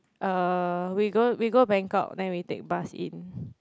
uh we go we go Bangkok then we take bus in